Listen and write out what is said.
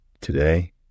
Today